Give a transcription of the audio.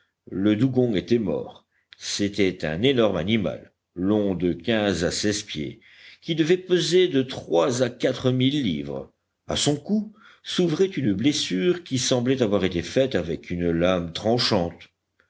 le dugong était mort c'était un énorme animal long de quinze à seize pieds qui devait peser de trois à quatre mille livres à son cou s'ouvrait une blessure qui semblait avoir été faite avec une lame tranchante